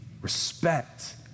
respect